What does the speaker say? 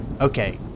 Okay